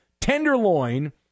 Tenderloin